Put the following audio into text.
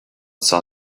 saw